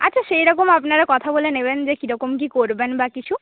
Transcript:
আচ্ছা সেইরকম আপনারা কথা বলে নেবেন যে কি রকম কি করবেন বা কিছু